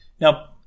Now